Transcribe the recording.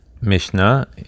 Mishnah